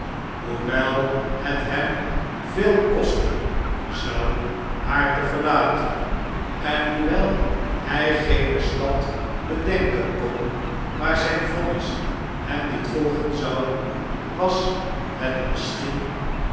hoewel het hem veel kosten zou haar te verlaten en hoewel hij geene stad bedenken kon waar zijn vonnis hem niet volgen zou was het misschien